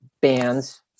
bands